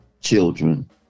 children